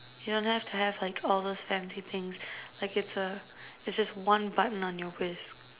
you don't have to have like all those fancy things like it's a just this one button on your whisk